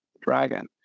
dragon